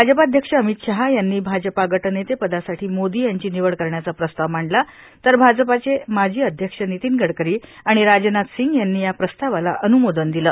भाजपाध्यक्ष अमित शहा यांनी भाजपा गट नेते पदासाठी मोदी यांची निवड करण्याचा प्रस्ताव मांडला तर भाजपाचे माजी अध्यक्ष नितीन गडकरी आणि राजनाथ सिंग यांनी या प्रस्तावाला अनुमोदन दिलं